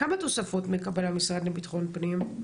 כמה תוספות מקבל המשרד לביטחון פנים?